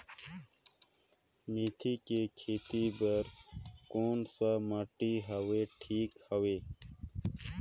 मेथी के खेती बार कोन सा माटी हवे ठीक हवे?